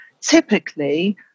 Typically